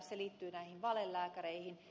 se liittyy näihin valelääkäreihin